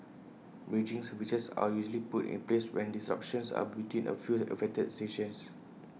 bridging services are usually put in place when disruptions are between A few affected stations